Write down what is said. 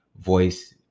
voice